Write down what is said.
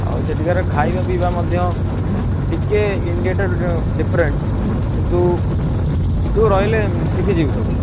ଆଉ ସେଠିକାର ଖାଇବା ପିଇବା ମଧ୍ୟ ଟିକେ ଇଣ୍ଡିଆ ଠାରୁ ଡିଫେରେଣ୍ଟ୍ କିନ୍ତୁ ତୁ ରହିଲେ ଶିଖିଯିବୁ ସବୁ